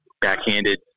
backhanded